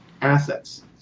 assets